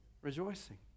Rejoicing